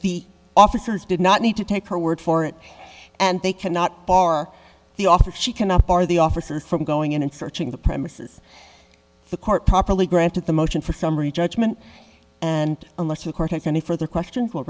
the officers did not need to take her word for it and they cannot bar the offer she cannot bar the officers from going in and searching the premises the court properly granted the motion for summary judgment and unless of course any further question